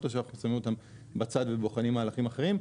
או שאנחנו שמים אותם בצד ובוחנים מהלכים אחרים,